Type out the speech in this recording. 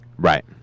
Right